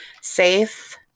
safe